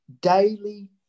daily